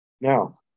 Now